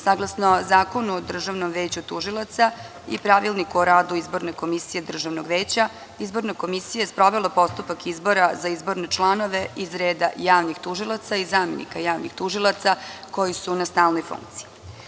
Saglasno Zakonu o Državnom veću tužilaca i Pravilniku o radu izborne komisije Državnog veća tužilaca, izborna komisija je sprovela postupak izbora za izborne članove iz reda javnih tužilaca i zamenika javnih tužilaca koji su na stalnoj funkciji.